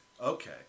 Okay